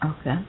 Okay